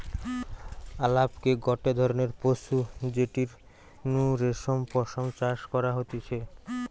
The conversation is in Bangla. আলাপকে গটে ধরণের পশু যেটির নু রেশম পশম চাষ করা হতিছে